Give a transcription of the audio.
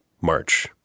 march